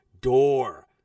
door